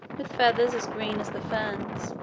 with feathers as green as the ferns,